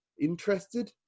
interested